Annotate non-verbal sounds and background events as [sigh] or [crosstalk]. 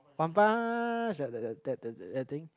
[noise] that that that that that thing